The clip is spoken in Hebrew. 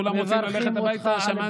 כולם רוצים ללכת הביתה, שמעתי.